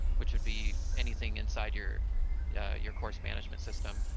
which would be anything inside your yeah your course management system,